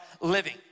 living